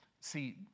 See